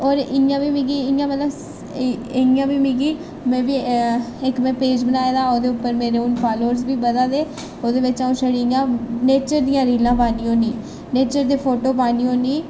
होर इ'यां बी मिगी इ'यां मतलब इ'यां बी मिगी में बी इक में पेज बनाए दा ओह्दे उप्पर मेरे हून फालोअरस बी बधा दे ओह्दे बिच्च अ'ऊं छड़ी इ'यां नेचर दियां रीलां पान्नी होन्नीं नेचर दे फोटो पान्नी होन्नीं